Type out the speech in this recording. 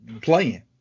playing